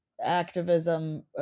activism